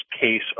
case